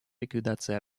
ликвидации